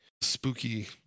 spooky